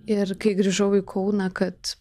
ir kai grįžau į kauną kad